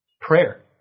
Prayer